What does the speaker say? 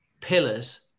pillars